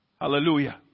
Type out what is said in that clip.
Hallelujah